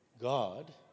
God